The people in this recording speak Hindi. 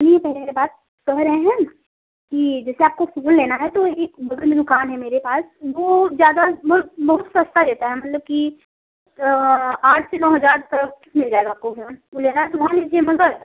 सुनिए पहले मेरी बात कह रहे हैं कि जैसे आपको फ़ोन लेना है तो एक बगल में दुकान है मेरे पास वो ज़्यादा बहुत सस्ता देता है मतलब कि आठ से नौ हज़ार तक मिल जाएगा आपको फ़ोन वो लेना है तो वो लीजिए मगर